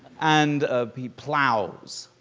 and the plows